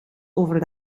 over